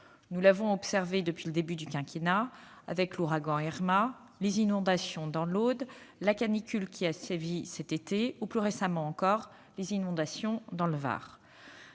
Nous l'avons observé depuis le début du quinquennat : avec l'ouragan Irma, les inondations dans l'Aude, la canicule ayant sévi cet été ou, plus récemment encore, les inondations dans le Var,